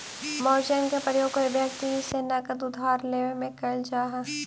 margin के प्रयोग कोई व्यक्ति से नगद उधार लेवे में कैल जा हई